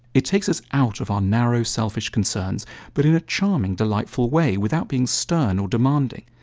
it takes us out of our narrow, selfish concerns but in a charming delightful way without being stern or demanding.